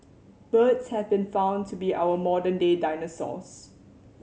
birds have been found to be our modern day dinosaurs